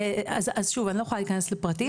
אז שוב אני לא יכולה להיכנס לפרטים.